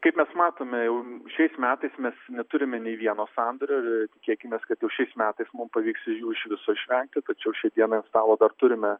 kaip mes matome jau šiais metais mes neturime nei vieno sandorio ir tikėkimės kad šiais metais mums pavyks jų iš viso išvengti tačiau šiai dienai ant stalo dar turime